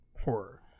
horror